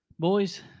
boys